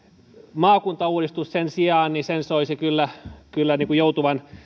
maakuntauudistuksen sen sijaan soisi kyllä kyllä joutuvan